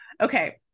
okay